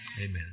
Amen